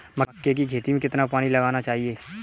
मक्के की खेती में कितना पानी लगाना चाहिए?